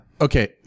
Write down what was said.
Okay